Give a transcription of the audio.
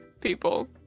people